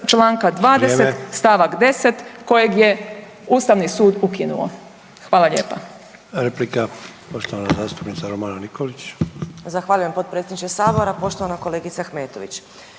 članka 20. stavak 10. kojeg je Ustavni sud ukinuo. **Sanader,